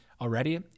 already